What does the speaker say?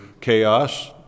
chaos